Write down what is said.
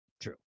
true